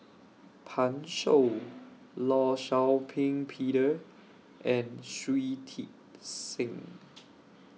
Pan Shou law Shau Ping Peter and Shui Tit Sing